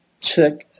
took